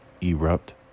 erupt